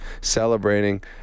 celebrating